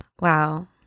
wow